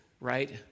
right